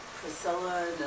Priscilla